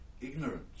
ignorance